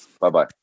bye-bye